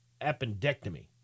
appendectomy